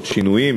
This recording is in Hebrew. שינויים,